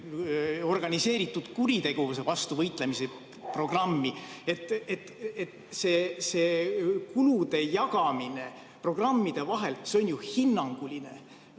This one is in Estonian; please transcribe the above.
organiseeritud kuritegevuse vastu võitlemise programmi. See kulude jagamine programmide vahel on ju hinnanguline.